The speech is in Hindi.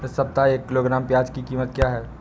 इस सप्ताह एक किलोग्राम प्याज की कीमत क्या है?